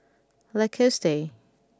Lacoste